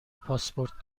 پاسپورت